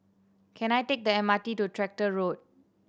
can I take the M R T to Tractor Road